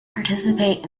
participate